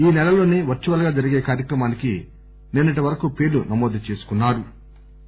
ఈ సెల లోనే వర్చువల్ గా జరిగే కార్యక్రమానికి నిన్నటి వరకు పేర్లు నమోదు చేసుకున్నారు